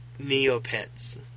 Neopets